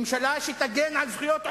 ממשלה שתגן על זכויות עובדים,